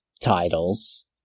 titles